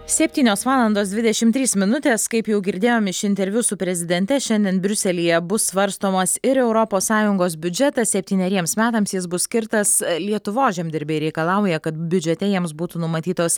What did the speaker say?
septynios valandos dvidešim trys minutės kaip jau girdėjom iš interviu su prezidente šiandien briuselyje bus svarstomas ir europos sąjungos biudžetas septyneriems metams jis bus skirtas lietuvos žemdirbiai reikalauja kad biudžete jiems būtų numatytos